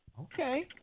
Okay